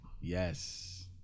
Yes